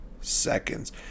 seconds